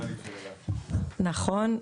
נכון.